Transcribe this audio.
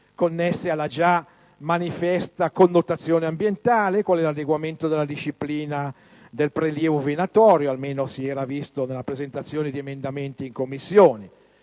connesse alla già manifestata connotazione ambientale, quale l'adeguamento della disciplina del prelievo venatorio (almeno come si è constatato con la presentazione di emendamenti in Commissione).